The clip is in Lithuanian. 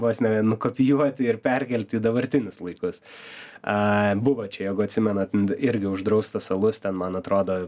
vos ne nukopijuoti ir perkelti į dabartinius laikus a buvo čia jeigu atsimenat irgi uždraustas alus ten man atrodo